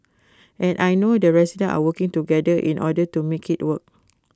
and I know the residents are working together in order to make IT work